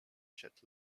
chat